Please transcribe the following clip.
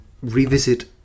revisit